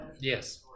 Yes